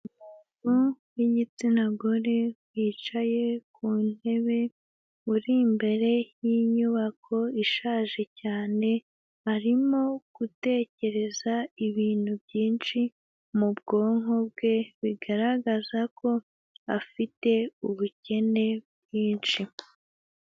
Umuntu w'igitsina gore wicaye ku ntebe uri imbere y'inyubako ishaje cyane arimo gutekereza ibintu byinshi mu bwonko bwe bigaragaza ko afite ubukene bwinshi.